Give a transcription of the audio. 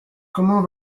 comment